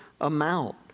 amount